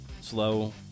Slow